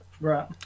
Right